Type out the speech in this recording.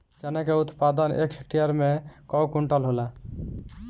चना क उत्पादन एक हेक्टेयर में कव क्विंटल होला?